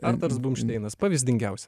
arturas bumšteinas pavyzdingiausia